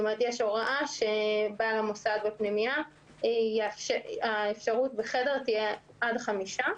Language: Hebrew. כלומר יש הוראה שבעל המוסד בפנימייה יאפשר בחדר שהייה של עד חמישה.